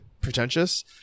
pretentious